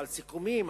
אבל סיכומים,